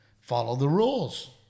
follow-the-rules